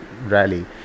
rally